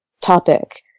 topic